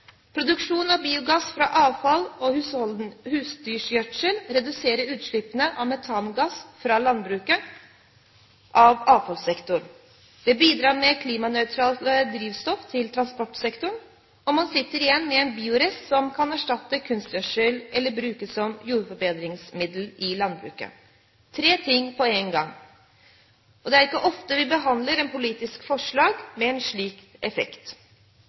Produksjon av biogass fra avfall og husdyrgjødsel reduserer utslippene av metangass fra landbruket av avfallssektoren. Det bidrar med klimanøytralt drivstoff til transportsektoren, og man sitter igjen med en biorest som kan erstatte kunstgjødsel eller brukes som jordforbedringsmiddel i landbruket – tre ting på en gang. Det er ikke ofte vi behandler politiske forslag med en slik effekt.